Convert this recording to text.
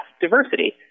diversity